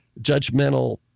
judgmental